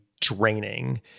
draining